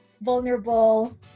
vulnerable